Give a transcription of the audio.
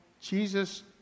Jesus